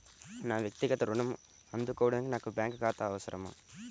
నా వక్తిగత ఋణం అందుకోడానికి నాకు బ్యాంక్ ఖాతా అవసరమా?